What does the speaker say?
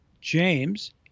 James